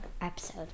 episode